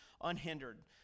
unhindered